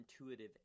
intuitive